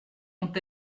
ont